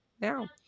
now